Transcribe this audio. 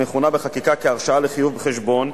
המכונה בחקיקה "הרשאה לחיוב חשבון",